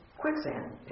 quicksand